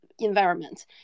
environment